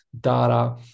data